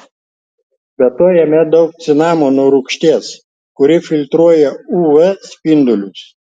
be to jame daug cinamono rūgšties kuri filtruoja uv spindulius